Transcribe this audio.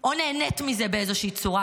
או נהנית מזה באיזושהי צורה,